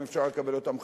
אם אפשר לקבל אותם בחזרה,